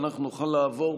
ואנחנו נוכל לעבור,